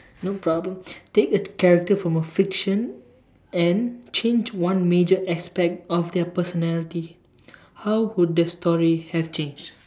no problem take a character from a fiction and change one major aspect of their personality how would the story have changed